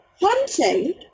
hunting